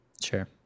Sure